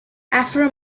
afro